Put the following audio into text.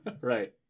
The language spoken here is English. Right